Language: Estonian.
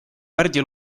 pärdi